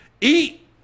eat